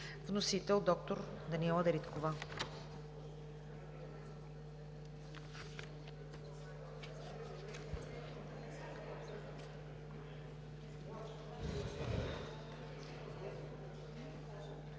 Вносител – Даниела Дариткова.